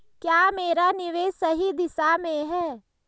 क्या मेरा निवेश सही दिशा में है?